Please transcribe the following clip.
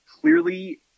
clearly –